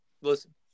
Listen